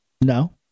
No